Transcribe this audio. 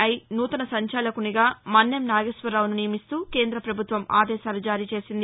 I నూతన సంచాలకుడిగా మన్నెం నాగేశ్వరరావును నియమిస్తూ కేంద్ర పభుత్వం ఆదేశాలు జారీ చేసింది